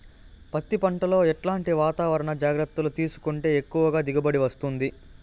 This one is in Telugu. పత్తి పంట లో ఎట్లాంటి వాతావరణ జాగ్రత్తలు తీసుకుంటే ఎక్కువగా దిగుబడి వస్తుంది?